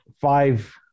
five